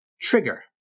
Trigger